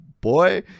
boy